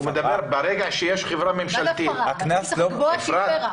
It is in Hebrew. ברגע שיש חברה ממשלתית ------ אפרת, אפרת.